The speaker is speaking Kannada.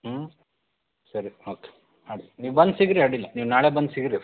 ಹ್ಞೂ ಸರಿ ಓಕೆ ಮಾಡಿ ನೀವು ಬಂದು ಸಿಗ್ರಿ ಅಡ್ಡಿಯಿಲ್ಲ ನೀವು ನಾಳೆ ಬಂದು ಸಿಗ್ರಿ